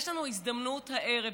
יש לנו הזדמנות הערב.